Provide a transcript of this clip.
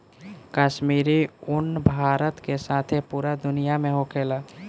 काश्मीरी उन भारत के साथे पूरा दुनिया में होखेला